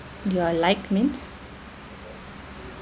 your like means